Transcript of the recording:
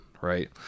right